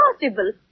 impossible